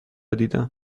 دیدم